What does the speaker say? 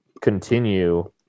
continue